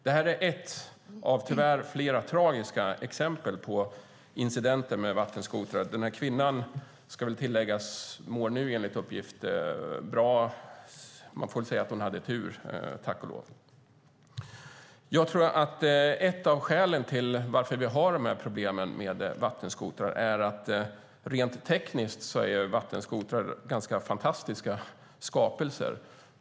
Det här är ett av flera, tyvärr, tragiska exempel på incidenter med vattenskotrar. Det ska tilläggas att den här kvinnan nu enligt uppgift mår bra. Hon hade tur, tack och lov. Jag tror att ett av skälen till att vi har problemen med vattenskotrar är att vattenskotrar rent tekniskt är ganska fantastiska skapelser.